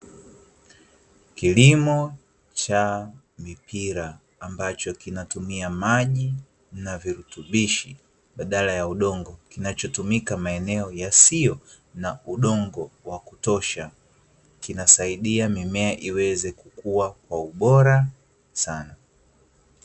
Kilimo cha mipira ambacho kinatumia maji na virutubishi badala ya udongo, kinachotumika maeneo yasiyo na udongo wa kutosha, kinasaidia mimea iweze kukua kwa ubora sana.